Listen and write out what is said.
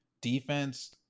defense